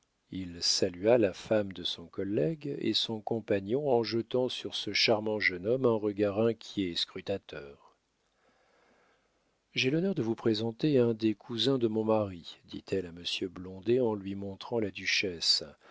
il salua la femme de son collègue et son compagnon en jetant sur ce charmant jeune homme un regard inquiet et scrutateur j'ai l'honneur de vous présenter un des cousins de mon mari dit-elle à monsieur blondet en lui montrant la duchesse